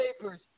papers